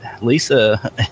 Lisa